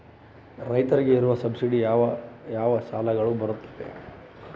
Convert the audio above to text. ರೈತರಿಗೆ ಇರುವ ಸಬ್ಸಿಡಿ ಯಾವ ಯಾವ ಸಾಲಗಳು ಬರುತ್ತವೆ?